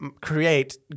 create